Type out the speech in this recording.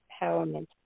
empowerment